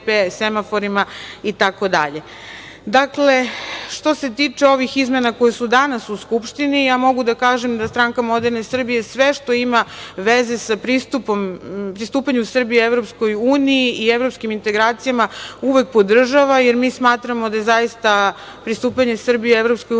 semaforima, itd. Dakle, što se tiče ovih izmena koje su danas u Skupštini, ja mogu da kažem da Stranka moderne Srbije sve što ima veze sa pristupanjem Srbije EU i evropskim integracijama, uvek podržava, jer mi smatramo da je zaista pristupanje Srbije EU jedini